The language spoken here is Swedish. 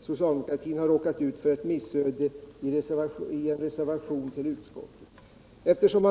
socialdemokraterna även här har råkat ut för ett missöde i en reservation vid utskottsbetänkandet.